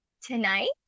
tonight